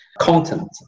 content